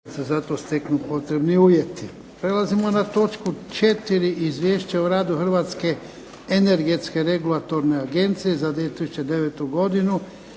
**Jarnjak, Ivan (HDZ)** Prelazimo na točku 4. - Izvješće o radu Hrvatske energetske regulatorne agencije za 2009. godinu